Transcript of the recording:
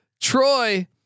Troy